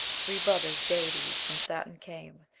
three brothers, deities, from saturn came,